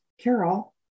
Carol